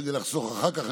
כדי לחסוך אחר כך,